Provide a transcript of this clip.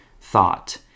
thought